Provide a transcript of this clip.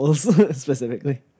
specifically